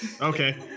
Okay